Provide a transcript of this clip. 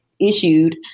issued